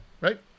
right